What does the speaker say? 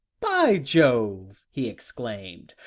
by jove! he exclaimed.